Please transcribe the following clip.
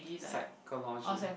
psychology